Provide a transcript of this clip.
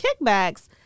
kickbacks